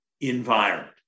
environment